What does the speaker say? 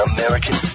American